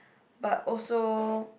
but also